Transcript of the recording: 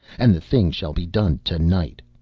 and the thing shall be done to-night,